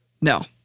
No